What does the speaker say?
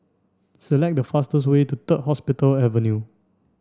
select the fastest way to Third Hospital Avenue